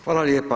Hvala lijepa.